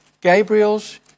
Gabriel's